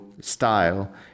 style